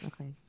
Okay